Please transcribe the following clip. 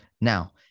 Now